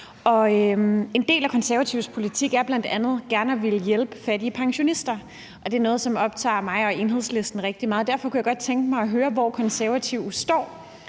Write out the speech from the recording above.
En del af Konservatives politik er bl.a. gerne at ville hjælpe fattige pensionister. Det er noget, som optager Enhedslisten og mig rigtig meget. Derfor kunne jeg godt tænke mig at høre, hvor Konservative står.